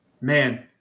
Man